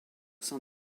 sein